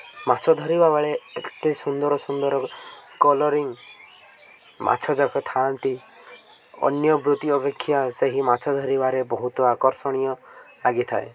ମାଛ ଧରିବା ବେଳେ ଏତେ ସୁନ୍ଦର ସୁନ୍ଦର କଲରିଂ ମାଛଯାକ ଥାଆନ୍ତି ଅନ୍ୟ ବୃତ୍ତି ଅପେକ୍ଷା ସେହି ମାଛ ଧରିବାରେ ବହୁତ ଆକର୍ଷଣୀୟ ଲାଗିଥାଏ